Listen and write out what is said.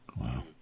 Wow